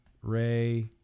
Ray